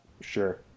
sure